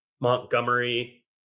Montgomery